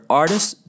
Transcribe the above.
artists